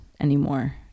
anymore